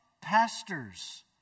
pastors